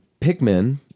Pikmin